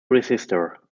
resistor